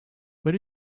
where